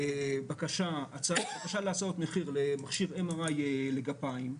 בקשה להצעות מחיר למכשיר MRI לגפיים.